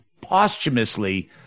posthumously